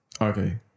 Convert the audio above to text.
Okay